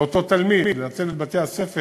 לאותו תלמיד, לנצל את בתי-הספר